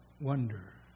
wonder